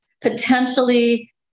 potentially